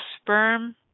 sperm